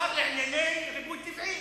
השר לענייני ריבוי טבעי.